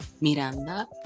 Miranda